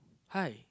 hi